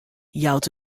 jout